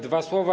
Dwa słowa.